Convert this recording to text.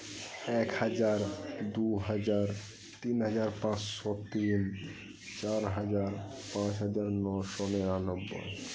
ᱮᱠᱦᱟᱡᱟᱨ ᱫᱩᱦᱟᱡᱟᱨ ᱛᱤᱱ ᱦᱟᱡᱟᱨ ᱯᱟᱸᱪᱥᱚ ᱛᱤᱱ ᱪᱟᱨ ᱦᱟᱡᱟᱨ ᱯᱟᱸᱪ ᱦᱟᱡᱟᱨ ᱱᱚᱥᱚ ᱱᱤᱨᱟ ᱱᱚᱵᱵᱚᱭ